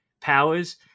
powers